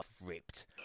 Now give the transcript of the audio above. ripped